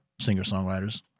singer-songwriters